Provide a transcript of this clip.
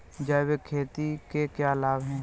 जैविक खेती के क्या लाभ हैं?